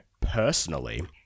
personally